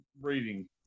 reading